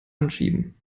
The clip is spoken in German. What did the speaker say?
anschieben